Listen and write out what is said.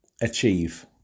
achieve